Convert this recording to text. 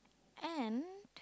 and